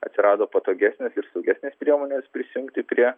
atsirado patogesnės ir saugesnės priemonės prisijungti prie